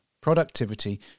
productivity